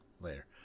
later